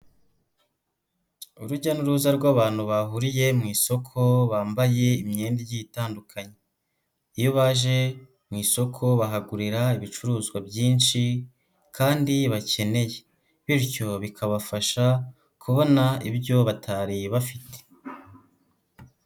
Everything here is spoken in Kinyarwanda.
Urujya n'uruza rw'abantu bahuriye mu isoko bambaye imyenda igiye itandukanye, iyo baje mu isoko bahagurira ibicuruzwa byinshi kandi bakeneye bityo bikabafasha kubona ibyo batari bafite.